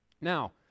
Now